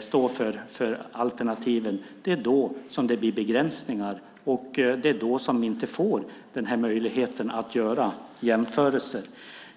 står för alternativen, som det blir begränsningar, och då får vi inte möjlighet att göra jämförelser.